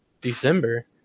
December